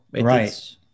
Right